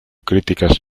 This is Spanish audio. críticas